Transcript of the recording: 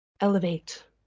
elevate